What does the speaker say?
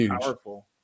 powerful